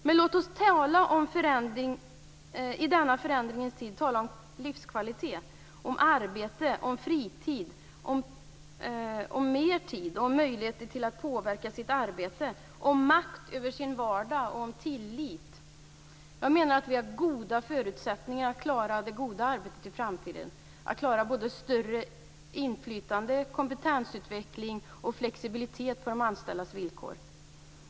Men låt oss i denna förändringens tid tala om livskvalitet, om arbete, om fritid, om mer tid, om möjlighet att påverka sitt arbete, om makt över sin vardag, om tillit. Jag menar att vi har goda förutsättningar att klara det goda arbetet i framtiden, att klara både större inflytande, kompetensutveckling och flexibilitet på de anställdas villkor.